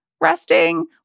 Resting